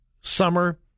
summer